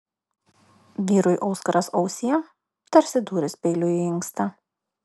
vyrui auskaras ausyje tarsi dūris peiliu į inkstą